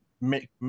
make